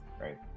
right